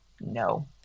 no